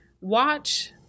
watch